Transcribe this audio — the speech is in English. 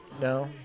No